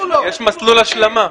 יש מסלול השלמה.